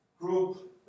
group